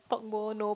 pork bone no